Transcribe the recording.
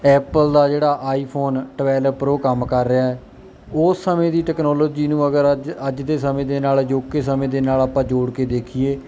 Apple ਦਾ ਜਿਹੜਾ iPhone twelve pro ਕੰਮ ਕਰ ਰਿਹਾ ਉਸ ਸਮੇਂ ਦੀ ਟੈਕਨੋਲੋਜੀ ਨੂੰ ਅਗਰ ਅੱਜ ਅੱਜ ਦੇ ਸਮੇਂ ਦੇ ਨਾਲ ਅਜੋਕੇ ਸਮੇਂ ਦੇ ਨਾਲ ਆਪਾਂ ਜੋੜ ਕੇ ਦੇਖੀਏ